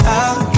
out